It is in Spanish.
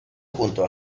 junto